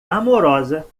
amorosa